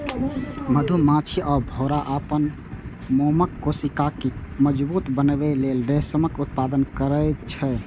मधुमाछी आ भौंरा अपन मोमक कोशिका कें मजबूत बनबै लेल रेशमक उत्पादन करै छै